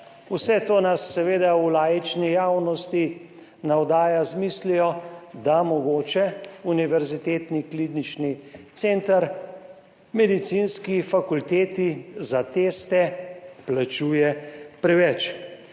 Vse to nas seveda v laični javnosti navdaja z mislijo, da mogoče Univerzitetni klinični center Medicinski fakulteti za teste plačuje preveč.